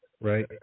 right